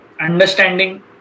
understanding